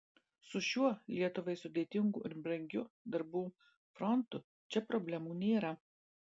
su šiuo lietuvai sudėtingu ir brangiu darbų frontu čia problemų nėra